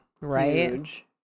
right